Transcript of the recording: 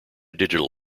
digital